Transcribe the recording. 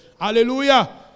Hallelujah